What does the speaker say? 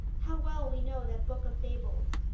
how well we know that book of fables!